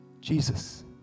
jesus